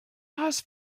has